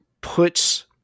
puts